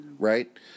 Right